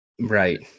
Right